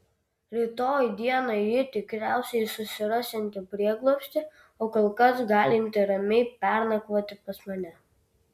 rytoj dieną ji tikriausiai susirasianti prieglobstį o kol kas galinti ramiai pernakvoti pas mane